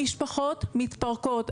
המשפחות מתפרקות,